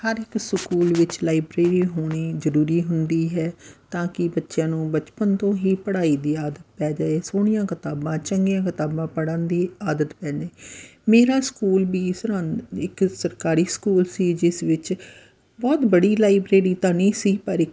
ਹਰ ਇੱਕ ਸਕੂਲ ਵਿੱਚ ਲਾਈਬ੍ਰੇਰੀ ਹੋਣੀ ਜ਼ਰੂਰੀ ਹੁੰਦੀ ਹੈ ਤਾਂ ਕਿ ਬੱਚਿਆਂ ਨੂੰ ਬਚਪਨ ਤੋਂ ਹੀ ਪੜ੍ਹਾਈ ਦੀ ਆਦਤ ਪੈ ਜਾਏ ਸੋਹਣੀਆਂ ਕਿਤਾਬਾਂ ਚੰਗੀਆਂ ਕਿਤਾਬਾਂ ਪੜ੍ਹਨ ਦੀ ਆਦਤ ਪੈ ਜੇ ਮੇਰਾ ਸਕੂਲ ਵੀ ਸਰਹੰਦ ਇੱਕ ਸਰਕਾਰੀ ਸਕੂਲ ਸੀ ਜਿਸ ਵਿੱਚ ਬਹੁਤ ਬੜੀ ਲਾਈਬ੍ਰੇਰੀ ਤਾਂ ਨਹੀਂ ਸੀ ਪਰ ਇੱਕ